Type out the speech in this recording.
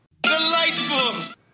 Delightful